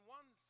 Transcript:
one